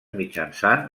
mitjançant